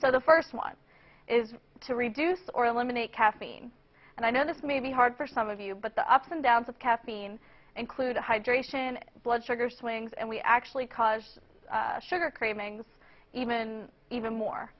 so the first one is to reduce or eliminate caffeine and i know this may be hard for some of you but the ups and downs of caffeine include hydration blood sugar swings and we actually cause sugar cravings even even more